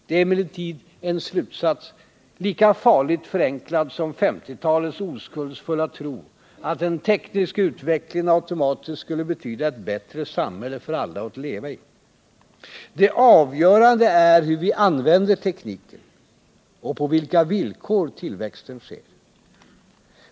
Det är emellertid en slutsats lika farligt förenklad som 1950-talets oskuldsfulla tro att den tekniska utvecklingen automatiskt skulle betyda ett bättre samhälle för alla att leva i. Det avgörande är hur vi använder tekniken och på vilka villkor tillväxten sker.